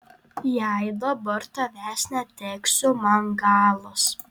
jei dabar tavęs neteksiu man galas